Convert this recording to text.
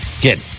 get